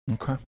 Okay